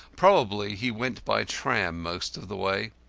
probably he went by tram most of the way.